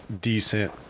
decent